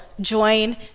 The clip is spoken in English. join